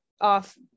off